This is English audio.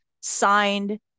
signed